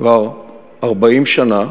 כבר 40 שנה,